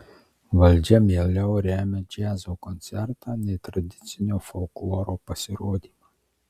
valdžia mieliau remia džiazo koncertą nei tradicinio folkloro pasirodymą